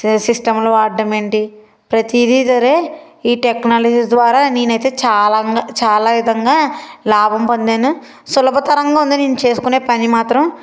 స సిస్టంలు వాడ్డమేంటి ప్రతీదీ దరే ఈ టెక్నాలజీ ద్వారా నేనైతే చాలా గా చాలా విధంగా లాభం పొందాను సులభతరంగా ఉంది నేను చేసుకునే పని మాత్రం